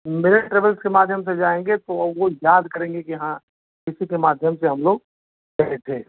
मेरा ट्रैवल्स के माध्यम से जाएँगे तो वह याद करेंगे कि हाँ किसी के माध्यम से हम लोग गए थे